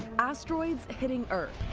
asteroids hitting earth